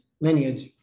lineage